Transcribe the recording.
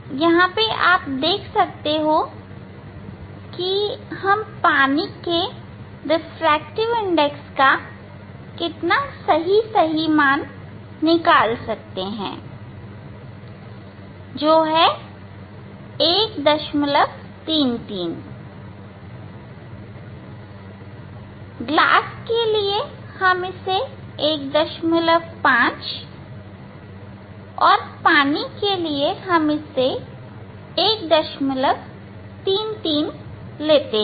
यहां आप देख सकते हैं कि हम पानी के रिफ्रैक्टिव इंडेक्स का कितना सही सही मान निकाल सकते हैं जो है 133 ग्लास के लिए हम इसे 15 और पानी के लिए हम इसे 133 लेते हैं